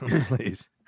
please